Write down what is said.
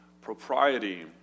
Propriety